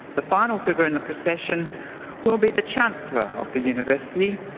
the final figure in the procession will be the chancellor of the university,